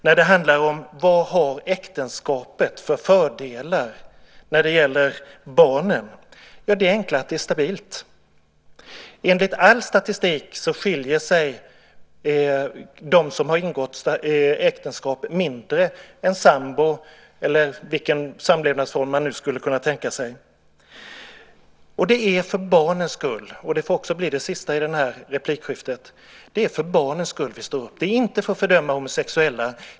När det handlar om vad äktenskapet har för fördelar för barnen är det enkla svaret att det är stabilt. Enligt all statistik skiljer sig de som har ingått äktenskap mindre än sambor eller vilken annan samlevnadsform man nu skulle kunna tänka sig. Det är för barnens skull - och det får bli det sista i det här replikskiftet - som vi står upp, inte för att fördöma homosexuella.